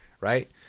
Right